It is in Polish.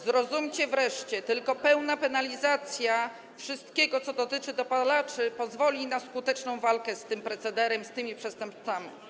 Zrozumcie wreszcie, tylko pełna penalizacja wszystkiego, co dotyczy dopalaczy, pozwoli na skuteczną walkę z tym procederem i z tymi przestępcami.